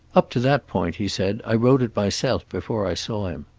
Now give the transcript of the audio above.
up to that point, he said, i wrote it myself before i saw him.